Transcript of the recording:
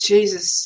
Jesus